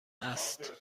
است